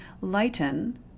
lighten